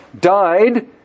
died